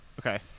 Okay